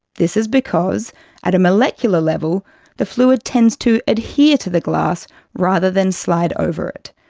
this is because at a molecular level the fluid tends to adhere to the glass rather than slide over it.